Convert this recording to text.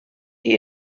die